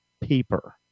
paper